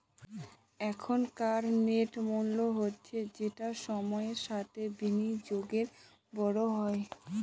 এখনকার নেট মূল্য হচ্ছে যেটা সময়ের সাথে বিনিয়োগে বড় হয়